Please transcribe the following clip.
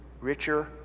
richer